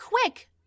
quick